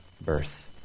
birth